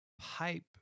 pipe